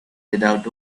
without